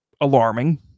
alarming